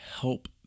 help